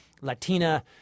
Latina